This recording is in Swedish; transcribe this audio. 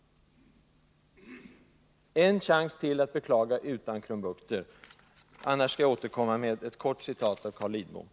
En chans till att beklaga — annars skall jag återkomma med ett kort citat av Carl Lidbom.